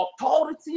authority